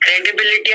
Credibility